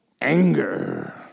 anger